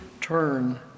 turn